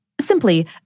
Simply